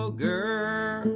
girl